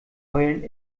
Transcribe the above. heulen